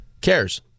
cares